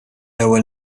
ewwel